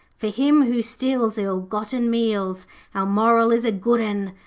for him who steals ill-gotten meals our moral is a good un.